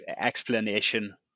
explanation